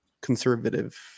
conservative